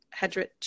Hedrich